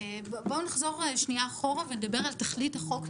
בואו נחזור אחורה ונדבר על תכלית ההוראה,